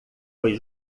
foi